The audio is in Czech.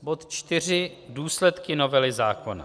Bod 4 Důsledky novely zákona.